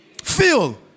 Fill